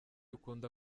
ukunda